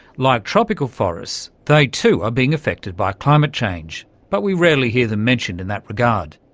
like tropical forests, they too are being affected by climate change, but we rarely hear them mentioned in that regard.